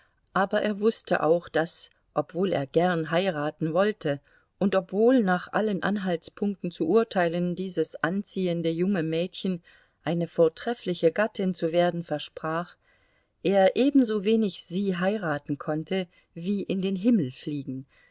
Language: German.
aber er wußte auch daß obwohl er gern heiraten wollte und obwohl nach allen anhaltspunkten zu urteilen dieses anziehende junge mädchen eine vortreffliche gattin zu werden versprach er ebensowenig sie heiraten konnte wie in den himmel fliegen